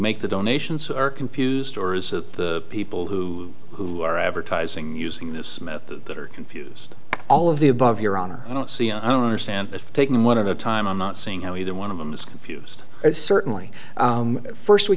make the donations are confused or is it the people who who are advertising using this method that are confuse all of the above your honor i don't see understand it taking one of a time i'm not seeing how either one of them is confused and certainly first we